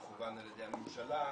מכוון על ידי הממשלה,